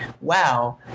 Wow